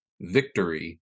victory